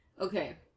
Okay